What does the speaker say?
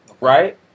right